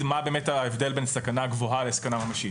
מה באמת ההבדל בין סכנה גבוהה לסכנה ממשית.